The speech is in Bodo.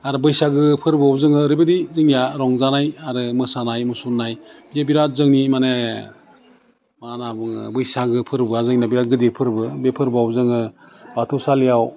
आरो बैसागो फोरबोआव जोङो ओरैबायदि जोंनिया रंजानाय आरो मोसानाय मुसुरनाय बे बिराद जोंनि माने मा होन्ना बुङो बैसागो फोरबोआ जोंनिया बिराद गिदिर फोरबो बे फोरबोआव जोङो बाथौ सालियाव